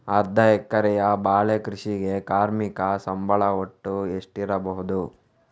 ಅರ್ಧ ಎಕರೆಯ ಬಾಳೆ ಕೃಷಿಗೆ ಕಾರ್ಮಿಕ ಸಂಬಳ ಒಟ್ಟು ಎಷ್ಟಿರಬಹುದು?